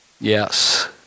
Yes